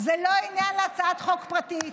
זה לא עניין להצעת חוק פרטית.